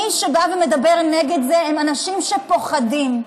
מי שמדבר נגד זה זה אנשים שפוחדים,